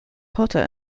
cotta